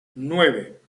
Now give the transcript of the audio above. nueve